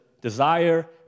desire